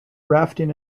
rafting